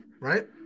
right